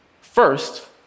First